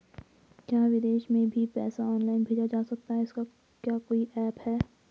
क्या विदेश में भी पैसा ऑनलाइन भेजा जा सकता है इसका क्या कोई ऐप है?